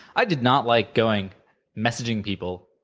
i did not like going messaging people,